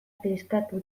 kliskatu